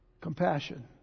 compassion